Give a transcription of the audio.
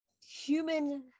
human